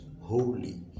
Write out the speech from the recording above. holy